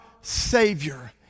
Savior